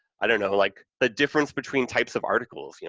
i don't know, like, the difference between types of articles, you know